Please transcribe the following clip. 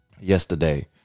yesterday